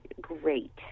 great